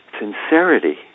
sincerity